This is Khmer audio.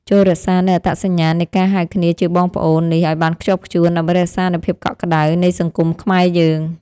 ចូររក្សានូវអត្តសញ្ញាណនៃការហៅគ្នាជាបងប្អូននេះឱ្យបានខ្ជាប់ខ្ជួនដើម្បីរក្សានូវភាពកក់ក្តៅនៃសង្គមខ្មែរយើង។